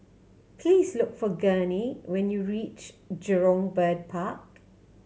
please look for Gurney when you reach Jurong Bird Park